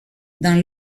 dans